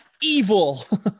evil